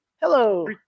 Hello